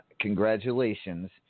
Congratulations